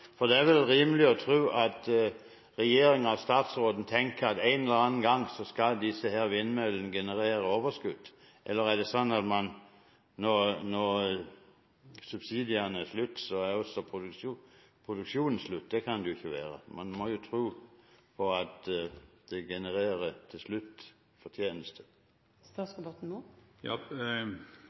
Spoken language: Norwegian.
osv. Det er vel rimelig å tro at regjeringen og statsråden tenker at en eller annen gang skal disse vindmøllene generere overskudd – eller er det sånn at når subsidiene er slutt, er også produksjonen slutt? Slik kan det ikke være, man må jo tro på at det til slutt